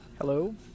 Hello